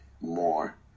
more